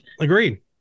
Agreed